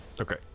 Okay